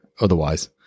otherwise